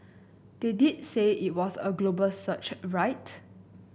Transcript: they did say it was a global search right